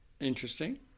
interesting